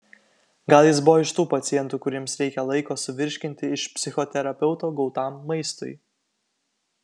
gal jis buvo iš tų pacientų kuriems reikia laiko suvirškinti iš psichoterapeuto gautam maistui